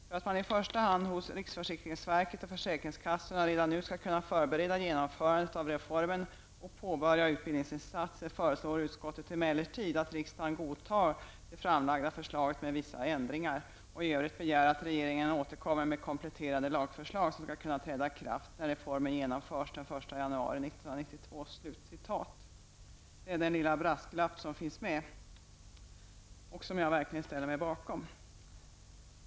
För att man i första hand hos riksförsäkringsverket och försäkringskassorna redan nu skall kunna förbereda genomförandet av reformen och påbörja utbildningsinsatser m.m. föreslår utskottet emellertid att riksdagen godtar det framlagda förslaget med vissa ändringar och i övrigt begär att regeringen återkommer med kompletterande lagförslag som skall kunna träda i kraft när reformen genomförs den 1 januari 1992.'' -- Det är den lilla brasklapp som finns med och som jag verkligen instämmer i.